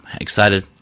excited